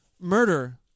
murder